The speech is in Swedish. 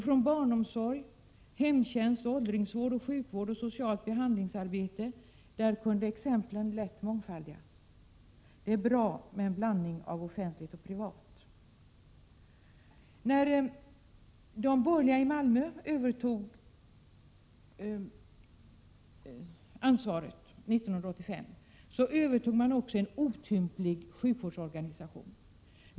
Från barnomsorg, hemtjänst, åldringsvård, sjukvård och socialt behandlingsarbete kunde exemplen lätt mångfaldigas. Det är bra med en blandning av offentligt och privat. När de borgerliga i Malmö övertog ansvaret 1985 övertog de också en otymplig sjukvårdsorganisation.